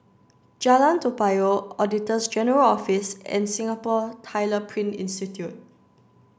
Jalan Toa Payoh Auditor General's Office and Singapore Tyler Print Institute